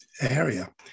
area